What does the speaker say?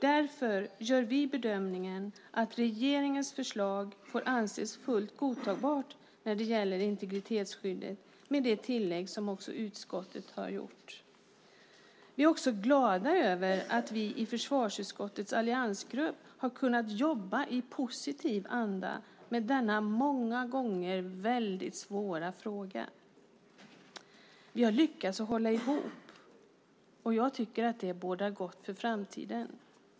Därför gör vi bedömningen att regeringens förslag får anses fullt godtagbart när det gäller integritetsskyddet med det tillägg som utskottet har gjort. Vi är också glada över att vi i försvarsutskottets alliansgrupp har kunnat jobba i positiv anda med denna många gånger väldigt svåra fråga. Vi har lyckats hålla ihop, och jag tycker att det bådar gott för framtiden.